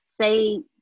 say